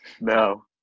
No